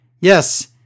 Yes